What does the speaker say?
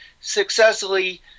successfully